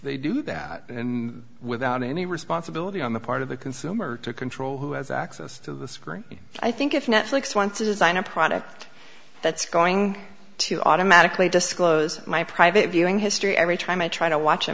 they do that without any responsibility on the part of the consumer to control who has access to the screen i think if netflix wants to design a product that's going to automatically disclose my private viewing history every time i try to watch a